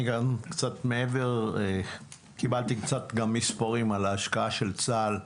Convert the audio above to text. אני קצת מעבר קיבלתי קצת גם מספרים על ההשקעה של צה"ל.